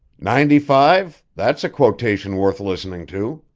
ninety-five? that's a quotation worth listening to.